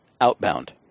outbound